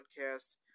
podcast